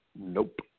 Nope